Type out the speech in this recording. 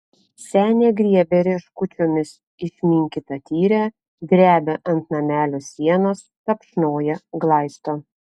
senė griebia rieškučiomis išminkytą tyrę drebia ant namelio sienos tapšnoja glaisto